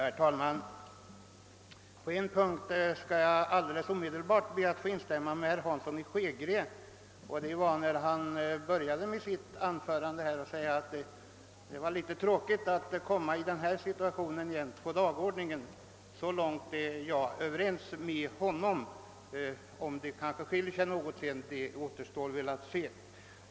Herr talman! På en punkt skall jag omedelbart be att få instämma med herr Hansson i Skegrie. Han började nämligen sitt anförande med att säga att det var litet tråkigt att jämt råka i den här situationen då det gäller dagordningen. Så långt är jag överens med honom och det återstår att se i vad mån våra åsikter skiljer sig för övrigt.